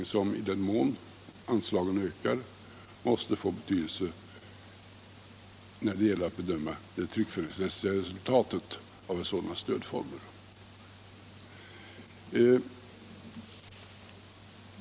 I den mån anslagen ökar måste den få betydelse när det gäller att bedöma det tryckfrihetsmässiga resultatet av sådana stödformer.